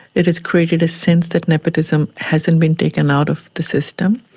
it has created a sense that nepotism hasn't been taken out of the system,